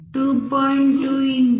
2 1